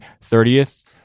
thirtieth